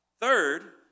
Third